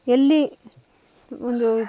ಎಲ್ಲಿ ಒಂದು